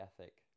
ethic